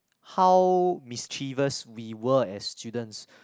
how mischievous we were as students